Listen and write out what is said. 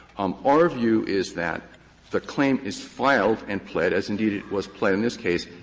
um our view is that the claim is filed and pled, as indeed it was pled in this case,